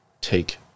take